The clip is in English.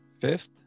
Fifth